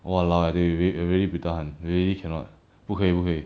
!walao! eh I tell you really I really buay tahan really cannot 不可以不可以